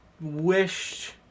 wished